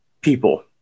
people